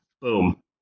boom